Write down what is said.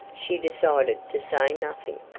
she decided to say nothing.